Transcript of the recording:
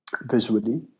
visually